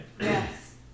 Yes